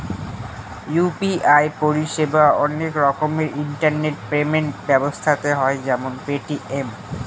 UPI পরিষেবা অনেক রকমের ইন্টারনেট পেমেন্ট ব্যবস্থাতে হয় যেমন পেটিএম